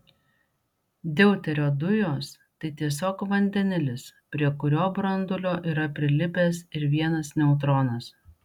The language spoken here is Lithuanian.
deuterio dujos tai tiesiog vandenilis prie kurio branduolio yra prilipęs ir vienas neutronas